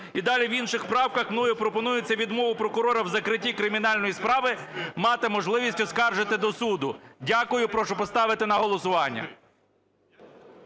І далі в інших правках мною пропонується відмова прокурора в закритті кримінальної справи мати можливість оскаржити до суду. Дякую. Прошу поставити на голосування.